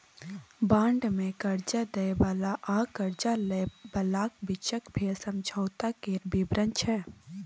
bond मे करजा दय बला आ करजा लय बलाक बीचक भेल समझौता केर बिबरण छै